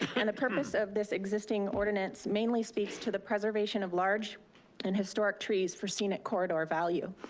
and the purpose of this existing ordinance mainly speaks to the preservation of large and historic trees for scenic corridor value.